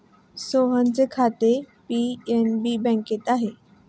सोहनचे खाते पी.एन.बी बँकेत आहे